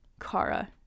Kara